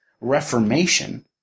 Reformation